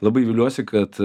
labai viliuosi kad